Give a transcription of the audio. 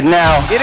now